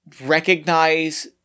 recognize